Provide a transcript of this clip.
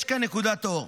יש כאן נקודת אור.